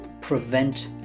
prevent